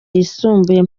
yisumbuye